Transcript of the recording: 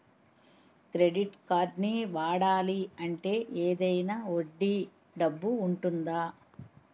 Credit కార్డ్ని వాడాలి అంటే ఏదైనా వడ్డీ డబ్బు ఉంటుందా?